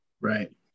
Right